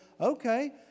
okay